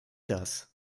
das